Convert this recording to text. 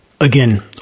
Again